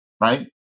right